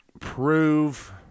prove